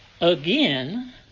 again